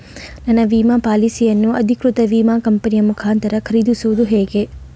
ನನ್ನ ವಿಮಾ ಪಾಲಿಸಿಯನ್ನು ಅಧಿಕೃತ ವಿಮಾ ಕಂಪನಿಯ ಮುಖಾಂತರ ಖರೀದಿಸುವುದು ಹೇಗೆ?